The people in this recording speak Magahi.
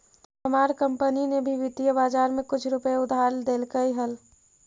हमार कंपनी ने भी वित्तीय बाजार में कुछ रुपए उधार देलकइ हल